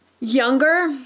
younger